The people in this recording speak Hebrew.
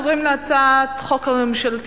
אנחנו עוברים להצעת החוק הממשלתית,